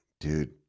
Dude